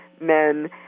men